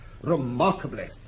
Remarkably